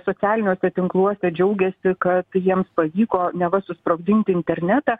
socialiniuose tinkluose džiaugiasi kad jiems pavyko neva susprogdinti internetą